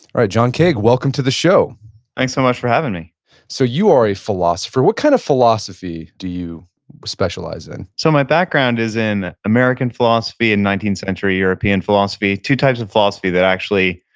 john kaag, welcome to the show thanks so much for having me so, you are a philosopher. what kind of philosophy do you specialize in? so, my background is in american philosophy and nineteenth century european philosophy, two types of philosophy that actually,